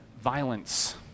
violence